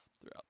throughout